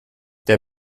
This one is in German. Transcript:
der